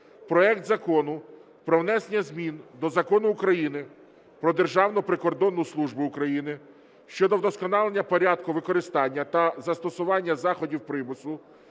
проект Закону про внесення змін до Закону України "Про Державну прикордонну службу України" щодо вдосконалення порядку використання та застосування заходів примусу,